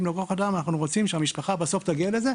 ולא על כוח אדם אלא אנחנו רוצים שהמשפחה בסוף תגיע לזה.